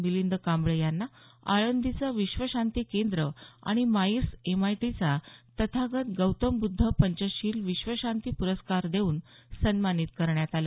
मिलिंद कांबळे यांना आळंदीचं विश्वशांती केंद्र आणि माईर्स एमआयटीचा तथागत गौतम ब्ध्द पंचशील विश्वशांती प्रस्कार देऊन सनुमानित करण्यात आलं